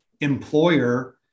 employer